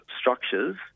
structures